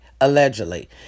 Allegedly